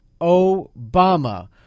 Obama